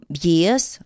years